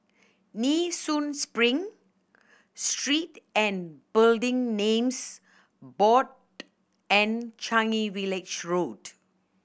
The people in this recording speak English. Nee Soon Spring Street and Building Names Board and Changi Village Road